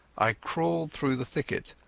i crawled through the thicket,